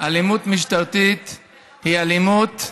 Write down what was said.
היא אלימות,